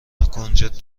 کنجد